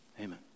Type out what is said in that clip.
Amen